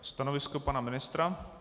Stanovisko pana ministra?